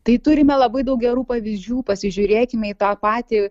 tai turime labai daug gerų pavyzdžių pasižiūrėkime į tą patį